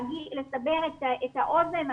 לסבר את האוזן,